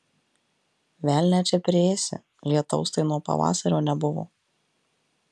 velnią čia priėsi lietaus tai nuo pavasario nebuvo